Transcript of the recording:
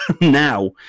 Now